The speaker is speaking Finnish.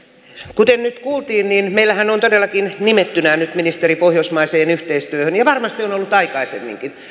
kuten nyt kuultiin niin meillähän on todellakin nimettynä nyt ministeri pohjoismaiseen yhteistyöhön ja varmasti on on ollut aikaisemminkin